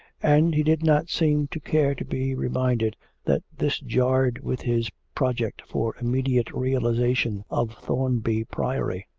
and he did not seem to care to be reminded that this jarred with his project for immediate realisation of thornby priory.